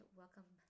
welcome